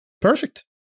Perfect